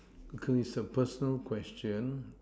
okay it is a personal question